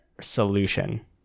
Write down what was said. solution